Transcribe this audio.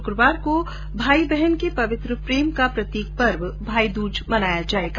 शुक्रवार को भाई बहिन के पवित्र प्रेम का प्रतीक पर्व भाईदूज मनाया जाएगा